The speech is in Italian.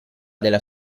della